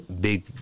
big